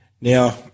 Now